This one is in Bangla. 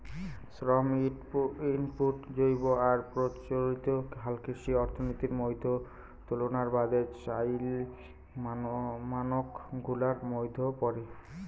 শ্রম ইনপুট জৈব আর প্রচলিত হালকৃষি অর্থনীতির মইধ্যে তুলনার বাদে চইল মানক গুলার মইধ্যে পরে